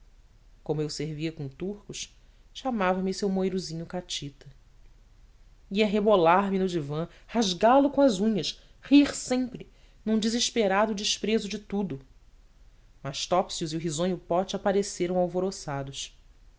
como eu servia com turcos chamava-me seu mourozinho catita ia rebolar me no divã rasgá lo com as unhas rir sempre num desesperado desprezo de tudo mas topsius e o risonho pote apareceram alvoroçados